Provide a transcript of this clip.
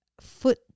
foot